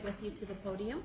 with you